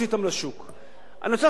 אני רוצה לשתף את הכנסת בנתונים,